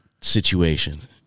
situation